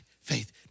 faith